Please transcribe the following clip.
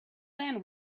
then